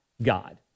God